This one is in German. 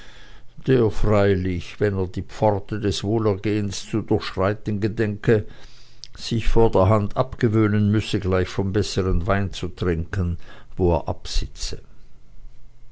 der freilich wenn er die pforte des wohlergehens zu durchschreiten gedenke sich vorderhand abgewöhnen müsse gleich vom bessern wein zu trinken wo er absitze